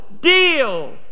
deal